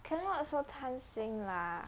cannot so 贪心 lah